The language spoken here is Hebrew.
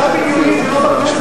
מדע בדיוני זה לא בכנסת.